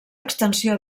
extensió